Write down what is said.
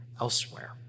elsewhere